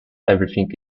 everything